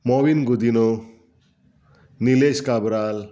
Mauvin Godinho Nilesh Cabral